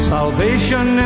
Salvation